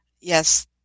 yes